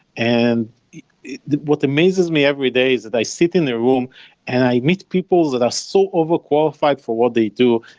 and what amazes me every day is that i sit in the room and i meet people that are so overqualified for what they do,